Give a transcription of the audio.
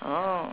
oh